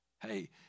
Hey